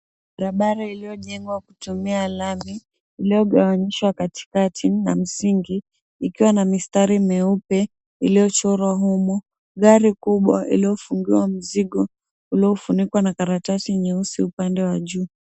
Barabara iliyojengwa kutumia lami iliyogawanyishwa katikati na msingi, ikiwa na mistari meupe iliyochorwa humo. Gari kubwa iliyofungiwa mzigo uliofunikwa na karatasi nyeusi upande wa juu.